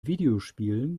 videospielen